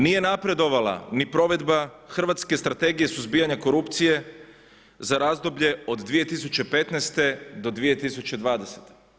Nije napredovala ni provedba hrvatske strategije suzbijanja korupcije za razdoblje od 2015. do 2020.